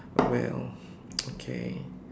well okay